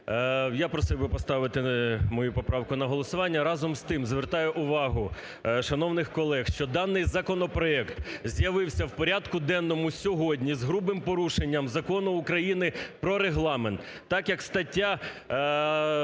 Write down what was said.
Я просив би поставити мою поправку на голосування. Разом з тим, звертаю увагу шановний колег, що даний законопроект з'явився у порядку денному сьогодні з грубим порушенням Закону України про Регламент, так як стаття…